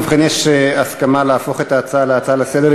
ובכן, יש הסכמה להפוך את ההצעה להצעה לסדר-היום.